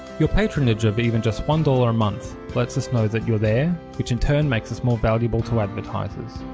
your patronage of even just one dollars a month lets us know that you're there which in turn makes us more valuable to advertisers.